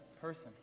person